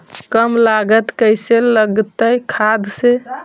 कम लागत कैसे लगतय खाद से?